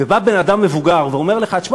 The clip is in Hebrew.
ובא בן-אדם מבוגר ואומר לך: תשמע,